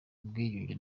ubwiyunge